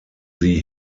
sie